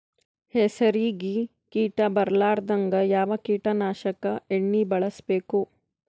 ಹೆಸರಿಗಿ ಕೀಟ ಬರಲಾರದಂಗ ಯಾವ ಕೀಟನಾಶಕ ಎಣ್ಣಿಬಳಸಬೇಕು?